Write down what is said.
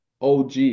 OG